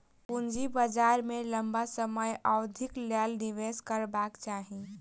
पूंजी बाजार में लम्बा समय अवधिक लेल निवेश करबाक चाही